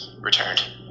returned